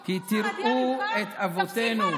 כי תראו את אבותינו,